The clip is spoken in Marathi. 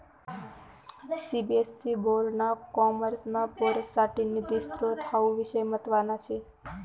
सीबीएसई बोर्ड ना कॉमर्सना पोरेससाठे निधी स्त्रोत हावू विषय म्हतवाना शे